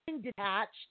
detached